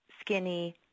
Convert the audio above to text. skinny